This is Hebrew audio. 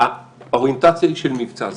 האוריינטציה היא של מבצע.